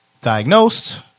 diagnosed